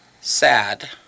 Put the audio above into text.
sad